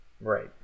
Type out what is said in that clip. Right